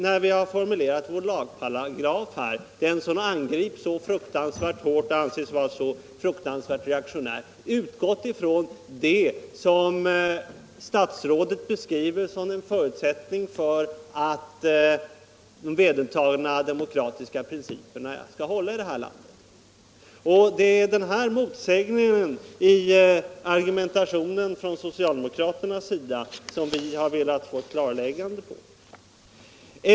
När vi har formulerat vårt förslag till lagparagraf — som angrips så fruktansvärt hårt och beskrivs som reaktionärt — har vi utgått från det som statsrådet anger som en förutsättning för att de vedertagna demokratiska principerna skall hålla i det här landet. Det är med anledning av den här motsägelsen i socialdemokraternas argumentation som vi velat få ett klarläggande.